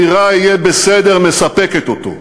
שהאמירה "יהיה בסדר" מספקת אותו.